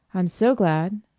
i'm so glad.